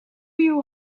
you